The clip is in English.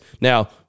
Now